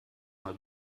mal